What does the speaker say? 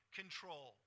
control